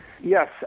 Yes